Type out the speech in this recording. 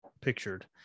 pictured